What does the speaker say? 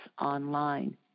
online